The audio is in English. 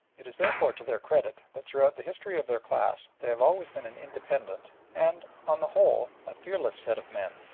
it is, therefore, to their credit that throughout the history of their class, they have always been an independent and, on the whole, a fearless set of men,